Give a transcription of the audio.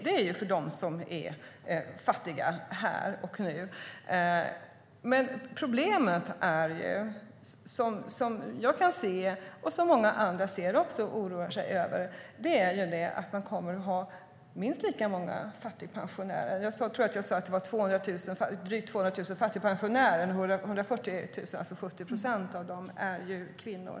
Det är för dem som är fattiga här och nu. Problemet, som jag och många andra ser och oroas av, är att det kommer att finnas minst lika många fattigpensionärer. Jag tror att jag sade att det fanns drygt 200 000 fattigpensionärer. 140 000, alltså 70 procent, av dem är kvinnor.